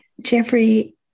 Jeffrey